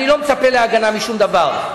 אני לא מצפה להגנה משום דבר,